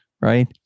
right